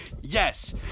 yes